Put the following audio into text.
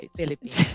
Philippines